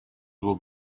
will